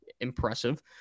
Impressive